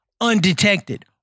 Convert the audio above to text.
undetected